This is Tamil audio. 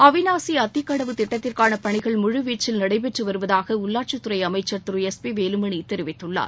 அவினாசி அத்திக்கடவு திட்டத்திற்கான பணிகள் முழுவீச்சில் நடைபெற்று வருவதாக உள்ளாட்சித்துறை அமைச்சர் திரு எஸ் பி வேலுமணி தெரிவித்துள்ளார்